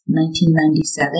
1997